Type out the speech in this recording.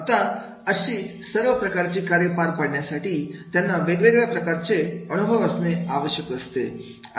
आता अशी सर्व प्रकारची कार्य पार पाडण्यासाठी त्यांना वेगवेगळ्या प्रकारचे अनुभव असणे आवश्यक असते